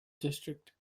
district